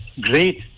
great